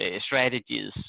strategies